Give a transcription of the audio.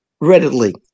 readily